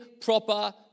proper